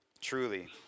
Truly